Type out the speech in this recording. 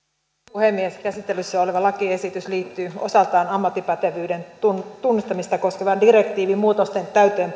puhemies käsittelyssä oleva lakiesitys liittyy osaltaan ammattipätevyyden tunnustamista koskevan direktiivin muutosten